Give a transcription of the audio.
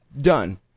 done